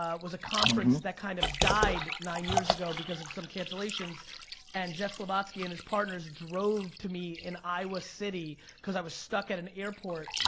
ah was a conference that kind of died nine years ago because of some cancellations and jeff slobotski and his partners drove to me in iowa city because i was stuck at an airport,